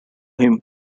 him